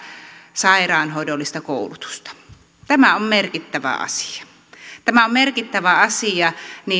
sairaanhoidollista koulutusta tämä on merkittävä asia tämä on merkittävä asia